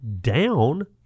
down